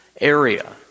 area